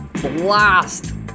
blast